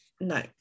No